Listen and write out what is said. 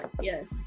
yes